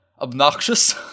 obnoxious